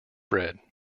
bread